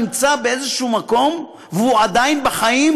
נמצא באיזשהו מקום והוא עדיין בחיים,